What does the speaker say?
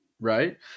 right